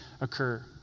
occur